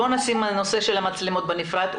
בואו נשים את הנושא של המצלמות בנפרד.